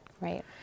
Right